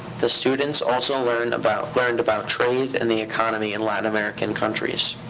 the students also learned about learned about trade and the economy in latin american countries.